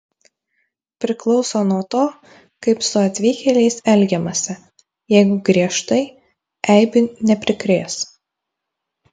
priklauso nuo to kaip su atvykėliais elgiamasi jeigu griežtai eibių neprikrės